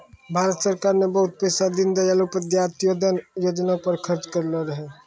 भारत सरकार ने बहुते पैसा दीनदयाल उपाध्याय अंत्योदय योजना पर खर्च करलो रहै